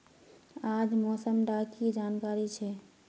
आज मौसम डा की जानकारी छै?